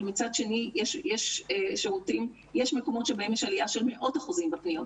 אבל מצד שני יש מקומות שבהם יש עלייה של מאות אחוזים בפניות,